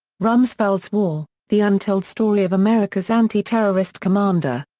rumsfeld's war the untold story of america's anti-terrorist commander.